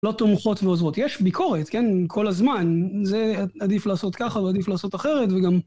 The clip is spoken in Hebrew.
לא תומכות ועוזרות. יש ביקורת, כן? כל הזמן. זה עדיף לעשות ככה, ועדיף לעשות אחרת, וגם...